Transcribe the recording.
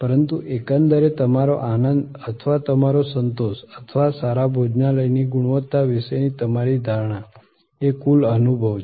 પરંતુ એકંદરે તમારો આનંદ અથવા તમારો સંતોષ અથવા સારા ભોજનાલયની ગુણવત્તા વિશેની તમારી ધારણા એ કુલ અનુભવ છે